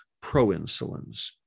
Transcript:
pro-insulins